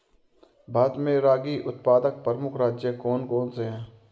भारत में रागी उत्पादक प्रमुख राज्य कौन कौन से हैं?